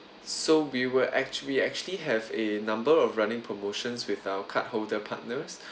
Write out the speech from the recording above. so we were actually actually have a number of running promotions with our card holder partners